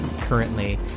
currently